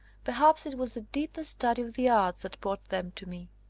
perhaps it was the deeper study of the arts that brought them to me.